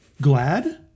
Glad